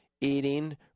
eating